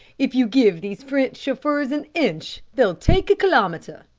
if you give these french chauffeurs an inch they'll take a kilometre.